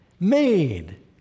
made